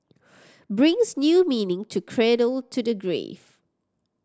brings new meaning to cradle to the grave